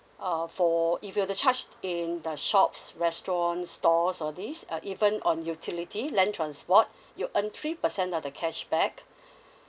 uh for if you were to charge in the shops restaurants stores all these uh even on utility land transport you'll earn three percent of the cashback